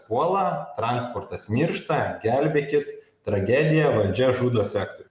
puola transportas miršta gelbėkit tragedija valdžia žudo sektorių